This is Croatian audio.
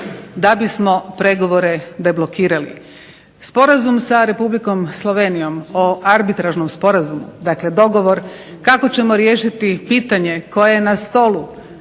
da bismo pregovore deblokirali. Sporazum sa Republikom Slovenijom o Arbitražnom sporazumu, dakle dogovor kako ćemo riješiti pitanje koje je na stolu